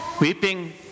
Weeping